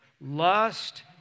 lust